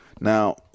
Now